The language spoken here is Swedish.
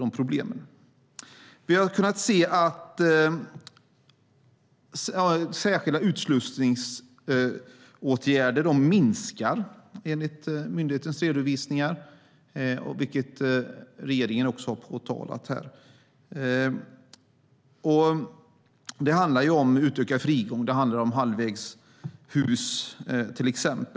och problem. Särskilda utslussningsåtgärder minskar, enligt myndighetens redovisningar, vilket också regeringen har påtalat. Det handlar till exempel om utökad frigång och halvvägshus.